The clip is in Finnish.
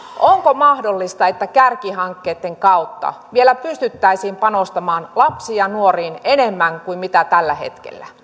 onko mahdollista että kärkihankkeitten kautta pystyttäisiin panostamaan lapsiin ja nuoriin vielä enemmän kuin tällä hetkellä